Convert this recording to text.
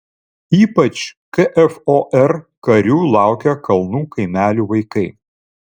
ypač kfor karių laukia kalnų kaimelių vaikai